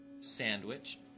sandwich